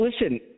listen